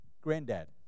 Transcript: granddad